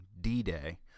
D-Day